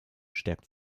stärkt